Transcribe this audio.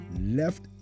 left